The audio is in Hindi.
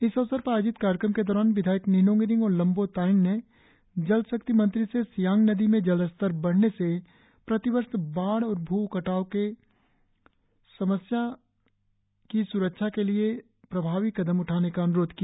इस अवसर पर आयोजित कार्यक्रम के दौरान विधायक निनोंग इरिंग और लोम्बो तायेंग ने जल शक्ति मंत्री से सियांग नदी में जल स्तर बढ़ने से प्रतिवर्ष बाढ़ और भ्रमि कटाव से प्रभावित होने वाले इलाको की सुरक्षा के लिए प्रभावी कदम उठाने का अनुरोध किया